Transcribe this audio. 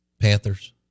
Panthers